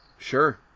Sure